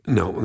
no